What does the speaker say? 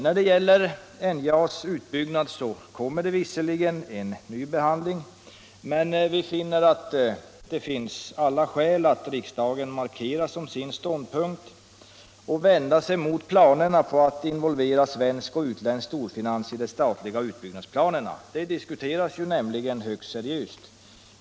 När det gäller NJA:s utbyggnad kommer det visserligen att ske en ny behandling, men vi finner att det finns alla skäl för riksdagen att markera sin ståndpunkt och vända sig mot planerna på att involvera svensk och utländsk storfinans i de statliga utbyggnadsplanerna. Det diskuteras ju högst seriöst.